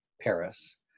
Paris